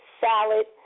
salad